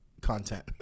content